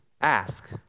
ask